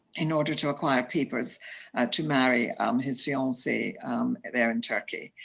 in order to acquire papers to marry um his fiancee there in turkey,